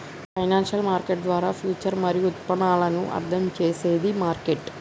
ఈ financial market ద్వారా future మరియు ఉత్పన్నాలను అర్థం చేసేది మార్కెట్